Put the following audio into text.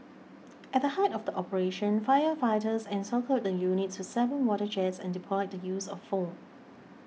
at height of the operation firefighters encircled the units with seven water jets and deployed the use of foam